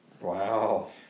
Wow